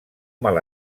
mal